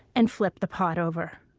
and flip the pot over.